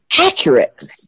accurate